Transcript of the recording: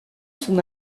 son